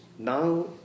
Now